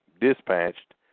dispatched